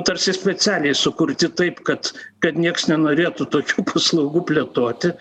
tarsi specialiai sukurti taip kad kad nieks nenorėtų tokių paslaugų plėtoti